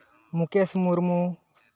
Mukesh Murmu